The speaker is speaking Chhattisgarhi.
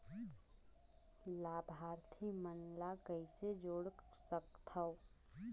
लाभार्थी मन ल कइसे जोड़ सकथव?